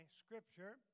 scripture